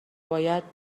باید